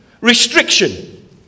restriction